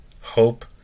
hope